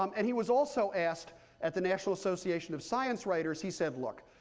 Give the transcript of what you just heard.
um and he was also asked at the national association of science writers, he said, look,